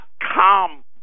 dot-com